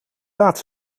laat